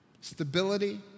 stability